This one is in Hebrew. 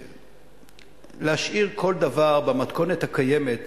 שלהשאיר כל דבר במתכונת הקיימת